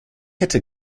hätte